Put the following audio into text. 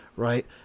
Right